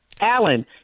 Alan